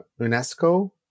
UNESCO